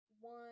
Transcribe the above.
one